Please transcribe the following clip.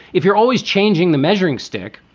if you're always changing the measuring stick,